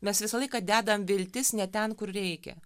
mes visą laiką dedam viltis ne ten kur reikia